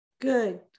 Good